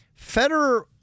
Federer